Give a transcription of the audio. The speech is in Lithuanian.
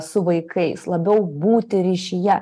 su vaikais labiau būti ryšyje